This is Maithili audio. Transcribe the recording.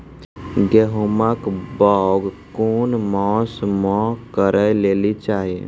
गेहूँमक बौग कून मांस मअ करै लेली चाही?